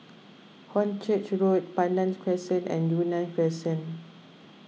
Hornchurch Road Pandan Crescent and Yunnan Crescent